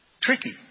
Tricky